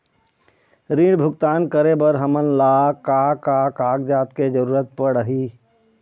ऋण भुगतान करे बर हमन ला का का कागजात के जरूरत पड़ही?